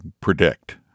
predict